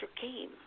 came